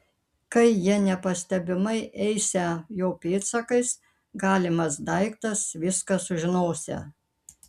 kai jie nepastebimai eisią jo pėdsakais galimas daiktas viską sužinosią